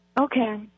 Okay